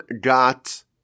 got